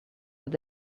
that